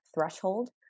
threshold